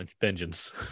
vengeance